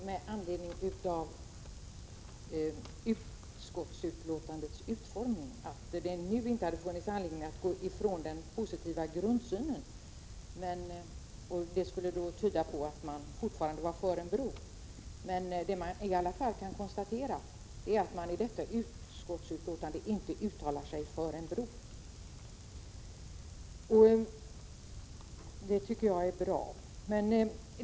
Herr talman! Kurt Hugosson sade med anledning av utskottsbetänkandets utformning, att det nu inte har funnits anledning att frångå den positiva grundsynen, vilket skulle tyda på att man fortfarande förespråkade en bro. Vi kan i alla fall konstatera att utskottet inte uttalar sig för en bro. Det tycker jag är bra.